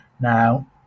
Now